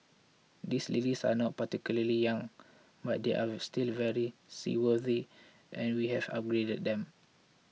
these ladies are not particularly young but they are still very seaworthy and we have upgraded them